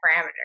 parameters